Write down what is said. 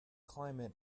climate